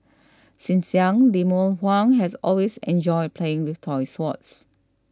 since young Lemuel Huang has always enjoyed playing with toy swords